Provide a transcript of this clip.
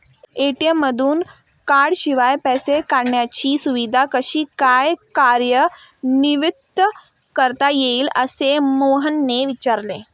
ATM मधून कार्डशिवाय पैसे काढण्याची सुविधा कशी काय कार्यान्वित करता येईल, असे मोहनने विचारले